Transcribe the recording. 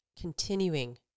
continuing